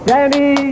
Danny